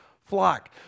flock